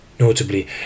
Notably